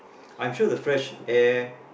I'm sure the fresh air